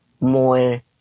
more